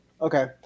Okay